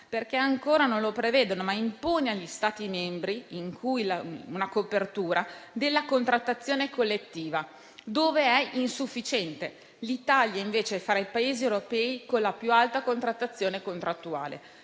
perché ancora non lo prevede, ma impone agli Stati membri una copertura della contrattazione collettiva dove è insufficiente. L'Italia, invece, è fra i Paesi europei con la più alta contrattazione collettiva.